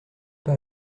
pas